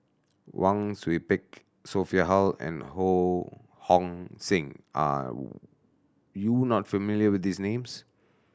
Wang Sui Pick Sophia Hull and Ho Hong Sing are you not familiar with these names